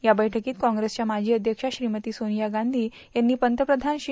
या बैठक्रीत कोप्रेसच्या माजी अध्यक्षा श्रीमती सोनिया गांधी यांनी पंतप्रधान श्री